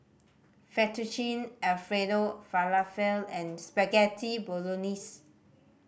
Fettuccine Alfredo Falafel and Spaghetti Bolognese